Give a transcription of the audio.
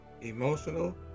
emotional